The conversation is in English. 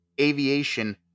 aviation